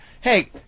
hey